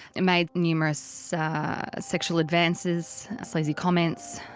and made numerous sexual advances, sleazy comments,